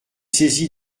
saisi